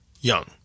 young